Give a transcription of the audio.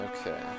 Okay